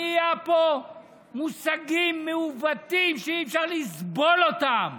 נהיה פה מושגים מעוותים שאי-אפשר לסבול אותם.